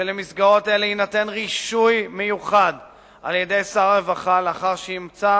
שלמסגרות אלה יינתן רישוי מיוחד על-ידי שר הרווחה לאחר שימצא